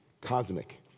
cosmic